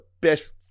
best